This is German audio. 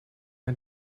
man